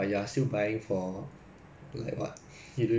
eh ya lah then I that's why I never buy mah